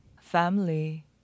family